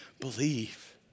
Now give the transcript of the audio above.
believe